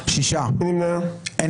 מי נמנע?